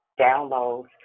downloads